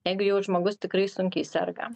jeigu jau žmogus tikrai sunkiai serga